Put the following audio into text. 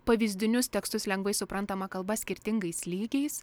pavyzdinius tekstus lengvai suprantama kalba skirtingais lygiais